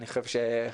אני חושב שחבל.